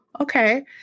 Okay